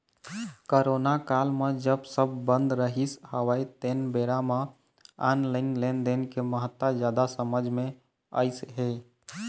corona काल म जब सब बंद रहिस हवय तेन बेरा म ऑनलाइन लेनदेन के महत्ता जादा समझ मे अइस हे